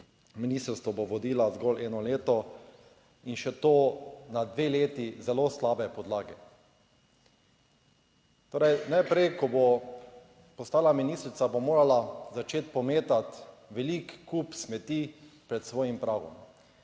ministrstvo bo vodilo zgolj eno leto in še to na dve leti zelo slabe podlage. Torej najprej, ko bo postala ministrica, bo morala začeti pometati velik kup smeti pred svojim pragom.